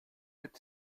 mit